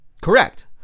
Correct